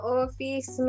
office